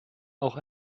auch